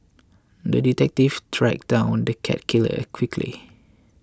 the detective tracked down the cat killer quickly